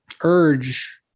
urge